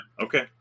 Okay